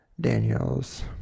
Daniels